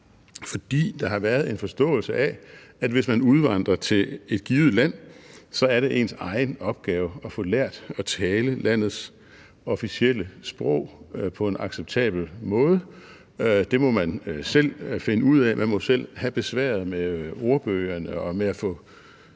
fordi der har været en forståelse af, at hvis man udvandrede til et givet land, var det ens egen opgave at få lært at tale landets officielle sprog på en acceptabel måde. Det må man selv finde ud af, man må selv have besværet med ordbøgerne og med at få